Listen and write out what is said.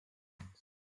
violence